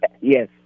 Yes